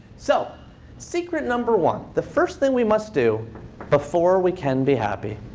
so secret number one, the first thing we must do before we can be happy.